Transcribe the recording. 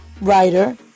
writer